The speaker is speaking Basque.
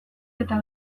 eta